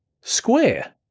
Square